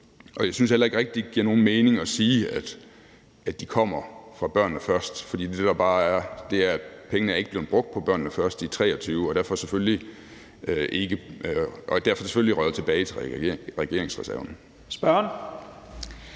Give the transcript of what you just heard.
Jeg synes heller ikke rigtig, at det giver nogen mening at sige, at de kommer fra »Børnene Først«, fordi det, der bare er, er, at pengene ikke er blevet brugt på »Børnene Først« i 2023 og derfor selvfølgelig er røget tilbage til regeringsreserven. Kl.